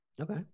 Okay